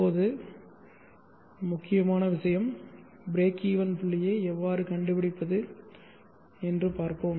இப்போது முக்கியமான விஷயம் பிரேக்வென் புள்ளியை எவ்வாறு கண்டுபிடிப்பது என்று பார்ப்போம்